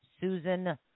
Susan